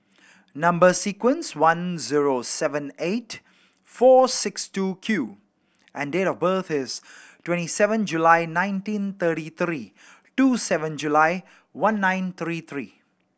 number sequence one zero seven eight four six two Q and date of birth is twenty seven July nineteen thirty three two seven July one nine three three